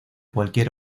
cualquier